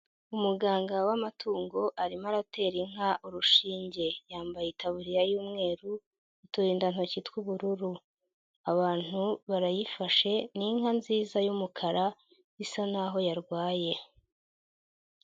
Umuganga w'amatungo arimo aratera inka urushinge, yambaye itaburiya y'umweru, uturindantoki tw'ubururu, abantu barayifashe ni inka nziza y'umukara isa naho yarwaye.